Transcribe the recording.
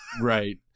right